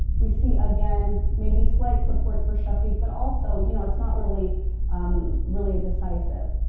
we see again maybe slight support for shafeeq, but also, you know, it's not really um really decisive.